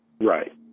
Right